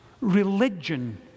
Religion